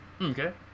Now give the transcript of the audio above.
Okay